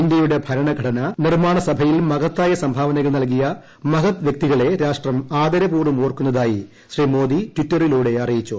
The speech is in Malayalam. ഇന്ത്യയുടെ ഭരണഘടന നിർമ്മാണ സഭയിൽ മഹത്തായ സംഭാവനകൾ നൽകിയ മഹത് വ്യക്തികളെ രാഷ്ട്രം ആദരപൂർവ്വം ഓർക്കുന്നതായി ശ്രീ മോദി ടിറ്ററിലൂടെ അറിയിച്ചു